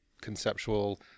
conceptual